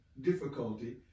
difficulty